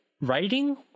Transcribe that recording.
Writing